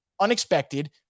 unexpected